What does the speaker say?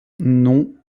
non